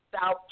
South